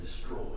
destroy